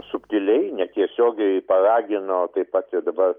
subtiliai netiesiogiai paragino taip pat ir dabar